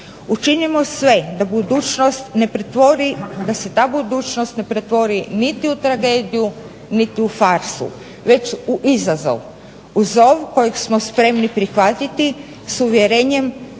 pretvori, da se ta budućnost ne pretvori niti u tragediju, niti u farsu već u izazov, u zov kojeg smo spremni prihvatiti s uvjerenjem